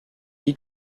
dit